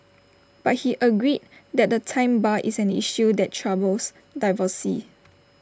but he agreed that the time bar is an issue that troubles divorcees